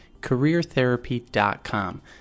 careertherapy.com